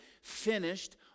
finished